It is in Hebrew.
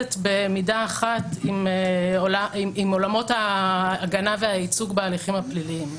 עומדת במידה אחת עם עולמות ההגנה והייצוג בהליכים הפליליים.